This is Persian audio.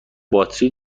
باتری